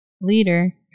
leader